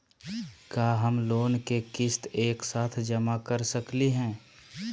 का हम लोन के किस्त एक साथ जमा कर सकली हे?